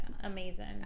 amazing